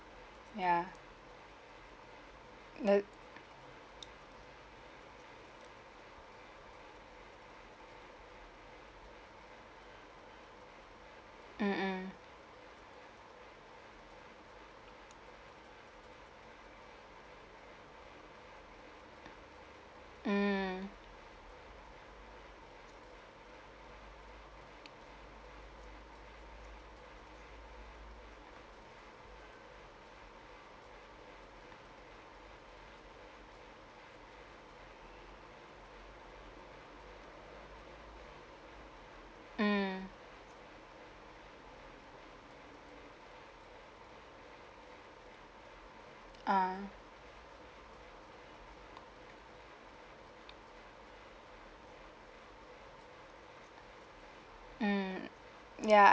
ya the mm mm mm mm err mm ya